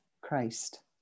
Christ